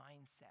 mindset